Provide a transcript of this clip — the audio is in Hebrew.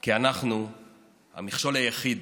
כי אנחנו המכשול היחיד